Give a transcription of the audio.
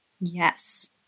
yes